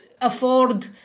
afford